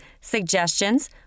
suggestions